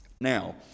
Now